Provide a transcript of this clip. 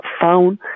found